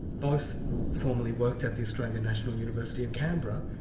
both formerly worked at the australian national university in canberra.